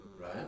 Right